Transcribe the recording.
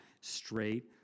straight